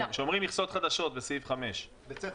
כשאומרים מכסות חדשות בסעיף 5,